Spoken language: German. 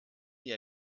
die